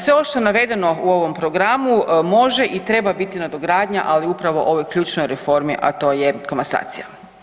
Sve ovo što je navedeno u ovom programu može i treba biti nadogradnja, ali upravo ovoj ključnoj reformi, a to je komasacija.